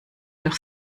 doch